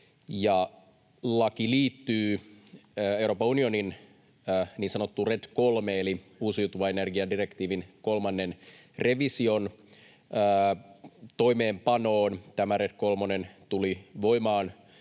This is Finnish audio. laki liittyy Euroopan unionin niin sanotun RED III- eli uusiutuvan energian direktiivin kolmannen revision toimeenpanoon. Tämä RED kolmonen tuli voimaan